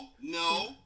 no